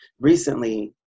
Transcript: recently